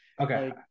Okay